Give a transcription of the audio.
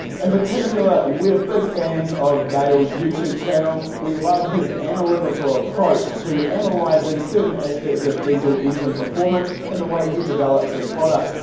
in particular we're big fans of gale's youtube channel, we love his analytical approach to and like analysing and certain aspects of diesel engine performance and the way he develops his products.